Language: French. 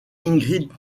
ingrid